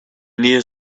needed